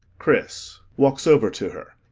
chris walks over to her